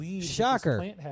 Shocker